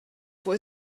fuq